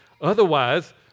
Otherwise